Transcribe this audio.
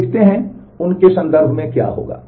देखते हैं कि उनके संदर्भ में क्या होगा